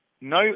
no